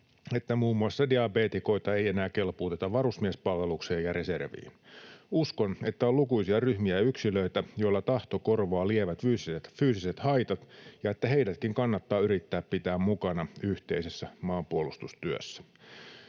että muun muassa diabeetikoita ei enää kelpuuteta varusmiespalvelukseen ja reserviin. Uskon, että on lukuisia ryhmiä ja yksilöitä, joilla tahto korvaa lievät fyysiset haitat, ja että heidätkin kannattaa yrittää pitää mukana yhteisessä maanpuolustustyössä.